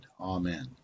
Amen